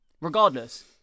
Regardless